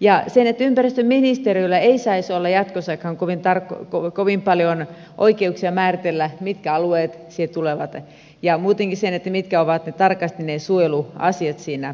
ja että ympäristöministeriöllä ei saisi olla jatkossakaan kovin paljon oikeuksia määritellä mitkä alueet siihen tulevat ja muutenkaan mitkä ovat tarkasti ne suojeluasiat siinä kuviossa